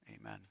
Amen